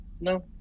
No